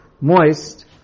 moist